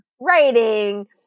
writing